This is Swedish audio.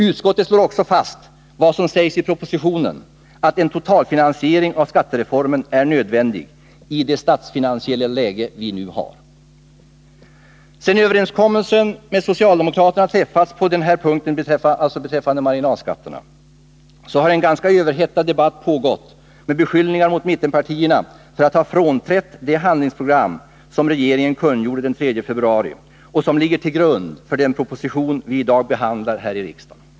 Utskottet slår också fast vad som sägs i propositionen, att en totalfinansiering av skattereformen är nödvändig i det statsfinansiella läge vi nu har. Sedan överenskommelsen med socialdemokraterna träffats på denna punkt, har en ganska överhettad debatt pågått med beskyllningar mot mittenpartierna för att ha frånträtt det handlingsprogram som regeringen kungjorde den 3 februari och som ligger till grund för den proposition vi i dag behandlar här i riksdagen.